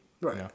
right